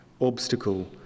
obstacle